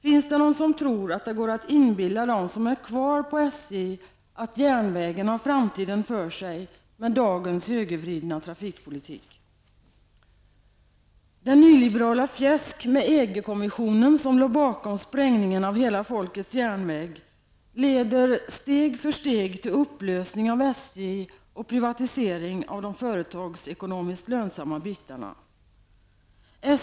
Finns det någon som tror att det med dagens högervridna trafikpolitik går att inbilla dem som finns kvar på SJ att järnvägen har framtiden för sig? Det nyliberala fjäsk med EG-kommissionen som låg bakom sprängningen av Hela folkets järnväg leder steg för steg till en upplösning av SJ och en privatisering av de företagsekonomiskt lönsamma bitarna.